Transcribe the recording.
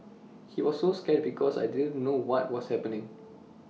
he was so scared because I didn't know what was happening